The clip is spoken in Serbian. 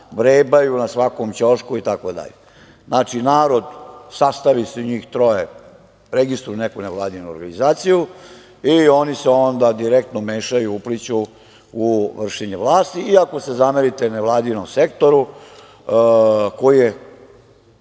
vrebaju na svakom ćošku itd. Znači, narod, sastavi se njih troje i registruju neku nevladinu organizaciju i oni se onda direktno mešaju, upliću u vršenje vlasti i ako se zamerite nevladinom sektoru koji je